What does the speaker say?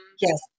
yes